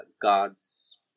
God's